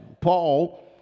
Paul